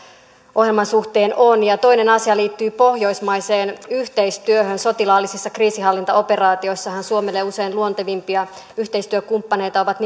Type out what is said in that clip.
ohjelman suhteen on toinen asia liittyy pohjoismaiseen yhteistyöhön sotilaallisissa kriisinhallintaoperaatioissahan suomelle usein luontevimpia yhteistyökumppaneita ovat